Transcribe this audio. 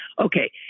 Okay